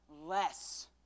less